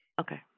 Okay